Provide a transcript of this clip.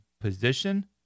position